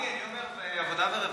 מרגי, אני אומר בעבודה ורווחה.